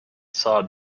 saw